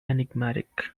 enigmatic